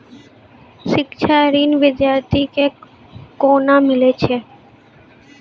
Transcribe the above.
शिक्षा ऋण बिद्यार्थी के कोना मिलै छै?